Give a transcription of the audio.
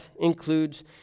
includes